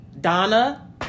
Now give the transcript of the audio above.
Donna